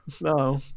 No